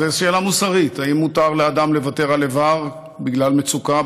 זאת שאלה מוסרית: האם מותר לאדם לוותר על איבר בגלל מצוקה?